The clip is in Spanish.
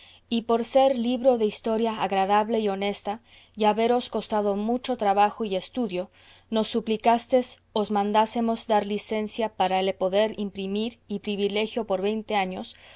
y por ser libro de historia agradable y honesta y haberos costado mucho trabajo y estudio nos suplicastes os mandásemos dar licencia para le poder imprimir y privilegio por veinte años